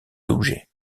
objets